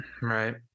Right